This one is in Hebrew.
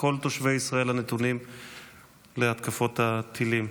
כל תושבי ישראל הנתונים להתקפות הטילים.